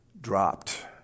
dropped